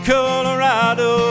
Colorado